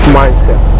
mindset